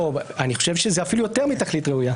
לא, אני חושב שזה אפילו יותר מתכלית ראויה.